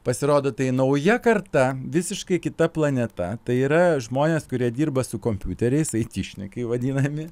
pasirodo tai nauja karta visiškai kita planeta tai yra žmonės kurie dirba su kompiuteriais aityšnikai vadinami